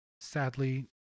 sadly